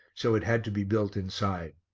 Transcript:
so it had to be built inside.